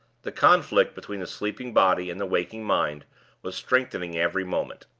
the conflict between the sleeping body and the waking mind was strengthening every moment.